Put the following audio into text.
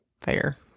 fair